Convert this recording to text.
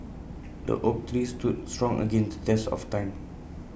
the oak tree stood strong against test of time